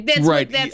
Right